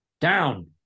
Down